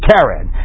Karen